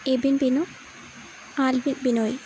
Ebin Binu Alvin Binoy